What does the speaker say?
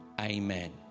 Amen